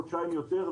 חודשיים יותר,